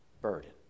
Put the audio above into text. burden